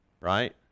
right